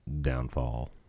downfall